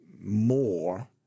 more